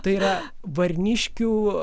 tai yra varniškių